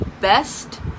best